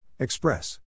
Express